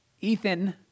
Ethan